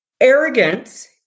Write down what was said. Arrogance